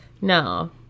No